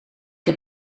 heb